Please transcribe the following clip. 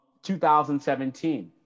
2017